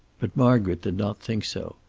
but margaret did not think so.